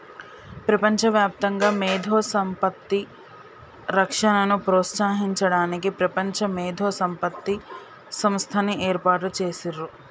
ప్రపంచవ్యాప్తంగా మేధో సంపత్తి రక్షణను ప్రోత్సహించడానికి ప్రపంచ మేధో సంపత్తి సంస్థని ఏర్పాటు చేసిర్రు